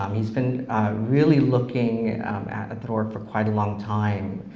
um he's been really looking at the work for quite a long time,